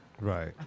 Right